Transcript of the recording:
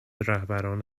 رهبران